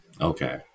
Okay